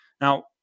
Now